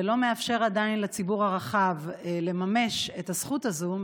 ולא מאפשר עדיין לציבור הרחב לממש את הזכות הזו,